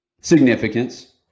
Significance